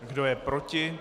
Kdo je proti?